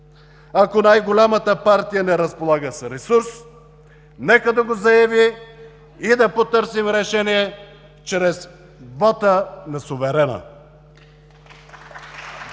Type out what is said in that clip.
Ако най-голямата партия не разполага с ресурс, нека да го заяви и да потърсим решение чрез вота на суверена.